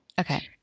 Okay